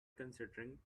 considering